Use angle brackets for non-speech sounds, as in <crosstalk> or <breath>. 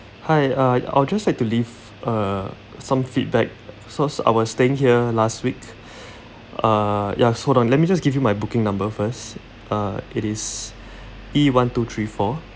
hi uh I would just like to leave uh some feedback so I was staying here last week <breath> uh ya hold on let me just give you my booking number first uh it is <breath> E one two three four